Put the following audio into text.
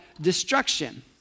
destruction